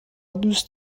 دوست